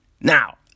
Now